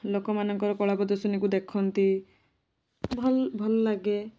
ଲୋକମାନଙ୍କର କଳା ପ୍ରଦର୍ଶନୀକୁ ଦେଖନ୍ତି ଭଲ ଭଲ ଲାଗେ